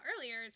earlier